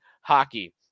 hockey